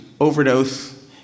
overdose